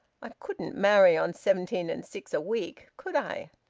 i couldn't marry on seventeen-and-six a week, could i?